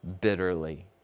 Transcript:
bitterly